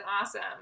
awesome